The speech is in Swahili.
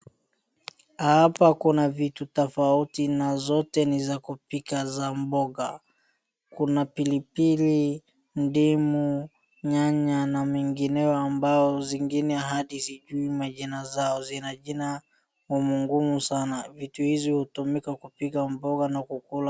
Hapa kuna vitu tofauti na zote ni za kupika za mboga. Kuna pilipili, ndimu, nyanya na mengineo ambao zingine hadi sijui majina zao. Zina jina ngumungumu sana. Vitu hizo hutumika kupika mboga na kukula.